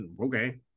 okay